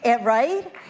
right